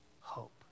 hope